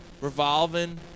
revolving